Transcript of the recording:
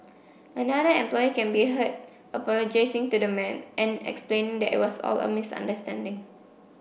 another employee can be heard apologising to the man and explaining that it was all a misunderstanding